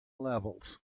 levels